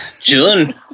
June